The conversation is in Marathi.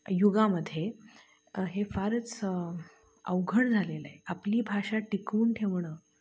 युगामध्ये हे फारच अवघड झालेलंय आपली भाषा टिकवून ठेवणं